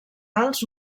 alts